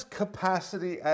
capacity